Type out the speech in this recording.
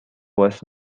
was